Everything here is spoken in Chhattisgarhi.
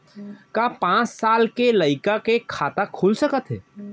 का पाँच साल के लइका के खाता खुल सकथे?